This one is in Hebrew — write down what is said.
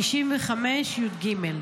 הסתייגות -- 95יג.